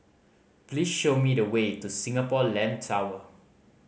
please show me the way to Singapore Land Tower